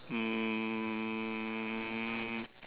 um